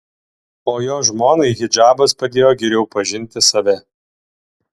o jo žmonai hidžabas padėjo geriau pažinti save